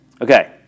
Okay